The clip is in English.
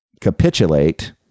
capitulate